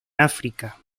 áfrica